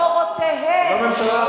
לא רק הממשלה הזו, לדורותיהן.